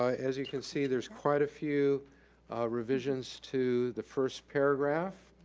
ah as you can see, there's quite a few revisions to the first paragraph.